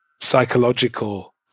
psychological